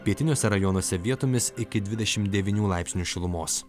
pietiniuose rajonuose vietomis iki dvidešim devynių laipsnių šilumos